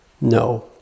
No